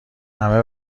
همه